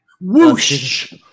Whoosh